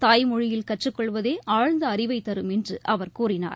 தாய்மொழியில் கற்றுக் கொள்வதே ஆழ்ந்த அறிவைத் தரும் என்று அவர் கூறினார்